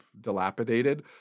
dilapidated